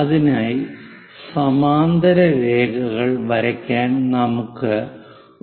അതിനായി സമാന്തര രേഖകൾ വരയ്ക്കാൻ നമുക്ക്